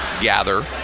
gather